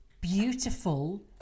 Beautiful